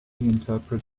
interpret